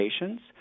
patients